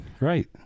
Right